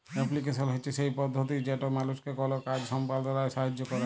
application হছে সেই পদ্ধতি যেট মালুসকে কল কাজ সম্পাদলায় সাহাইয্য ক্যরে